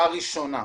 הראשונה,